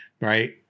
right